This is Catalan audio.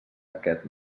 aquest